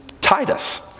Titus